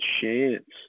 chance